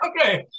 Okay